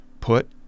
put